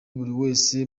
wese